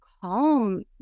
calm